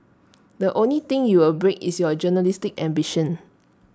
the only thing you will break is your journalistic ambition